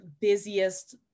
busiest